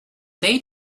they